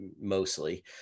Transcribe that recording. mostly